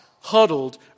huddled